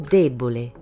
debole